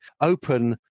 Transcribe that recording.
open